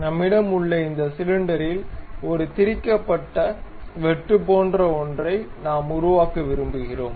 நம்மிடம் உள்ள இந்த சிலிண்டரில் ஒரு திரிக்கப்பட்ட வெட்டு போன்ற ஒன்றை நாம் உருவாக்க விரும்புகிறோம்